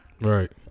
Right